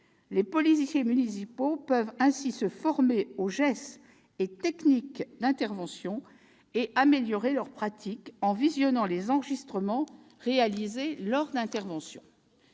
Les policiers municipaux peuvent ainsi se former aux gestes et techniques d'intervention et améliorer leurs pratiques en visionnant les enregistrements réalisés lors d'interventions.